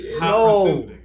No